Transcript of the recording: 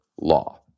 law